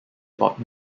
about